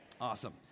Awesome